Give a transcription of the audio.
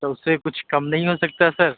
تو اُس سے کچھ کم نہیں ہو سکتا سر